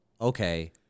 okay